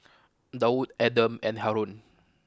Daud Adam and Haron